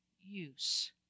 use